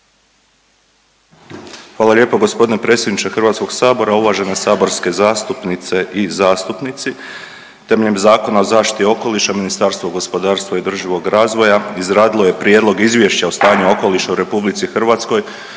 Hvala lijepo gospodine predsjedniče Hrvatskog sabora, uvažene saborske zastupnice i zastupnici. Temeljem Zakona o zaštiti okoliša Ministarstvo gospodarstva i održivog razvoja izradilo je Prijedlog izvješća o stanju okoliša u Republici Hrvatskoj